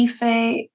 Ife